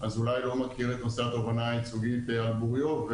אולי לא מכיר את נושא התובענה הייצוגית על בוריו,